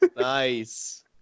Nice